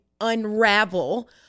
unravel